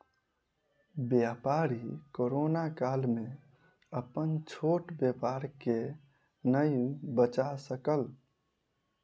व्यापारी कोरोना काल में अपन छोट व्यापार के नै बचा सकल